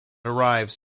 arrives